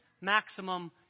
maximum